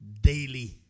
daily